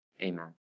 amen